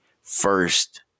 first